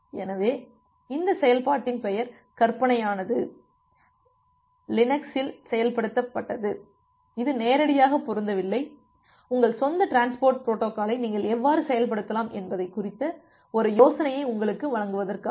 எனவே இந்த செயல்பாட்டின் பெயர் கற்பனையானது லினக்ஸில் செயல்படுத்தப்பட்டது இது நேரடியாக பொருந்தவில்லை உங்கள் சொந்த டிரான்ஸ்போர்ட் பொரோட்டோகாலை நீங்கள் எவ்வாறு செயல்படுத்தலாம் என்பதை குறித்த ஒரு யோசனையை உங்களுக்கு வழங்குவதற்காக